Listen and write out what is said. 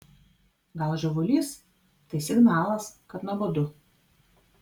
gal žiovulys tai signalas kad nuobodu